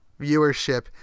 viewership